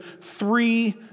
three